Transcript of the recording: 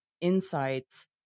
insights